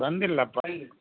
ಬಂದಿಲ್ಲಪ್ಪ